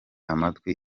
amatwi